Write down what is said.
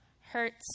hurts